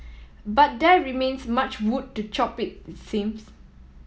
but there remains much wood to chop it seems